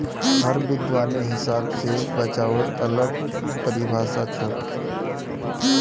हर विद्वानेर हिसाब स बचाउर अलग परिभाषा छोक